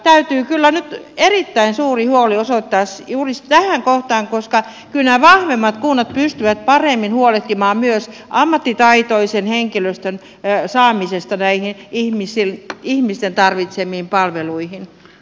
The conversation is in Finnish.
täytyy kyllä nyt erittäin suuri huoli osoittaa juuri tähän kohtaan koska kyllä nämä vahvemmat kunnat pystyvät paremmin huolehtimaan myös ammattitaitoisen henkilöstön saamisesta näihin ihmisten tarvitsemiin palveluihin